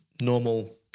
normal